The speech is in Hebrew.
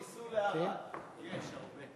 600, ייסעו לערד, יש הרבה.